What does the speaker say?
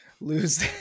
lose